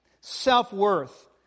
self-worth